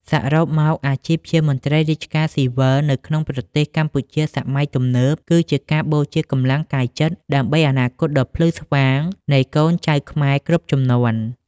សរុបមក អាជីពជាមន្ត្រីរាជការស៊ីវិលនៅក្នុងប្រទេសកម្ពុជាសម័យទំនើប គឺជាការបូជាកម្លាំងកាយចិត្តដើម្បីអនាគតដ៏ភ្លឺស្វាងនៃកូនចៅខ្មែរគ្រប់ជំនាន់។